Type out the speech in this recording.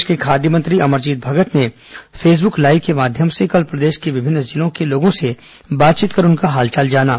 प्रदेश के खाद्य मंत्री अमरजीत भगत ने फेसबुक लाईव के माध्यम से कल प्रदेश के विभिन्न जिलों के लोगों से बातचीत कर उनका हालचाल जाना